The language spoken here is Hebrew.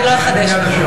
אני לא אחדש לך.